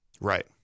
Right